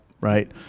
right